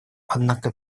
однако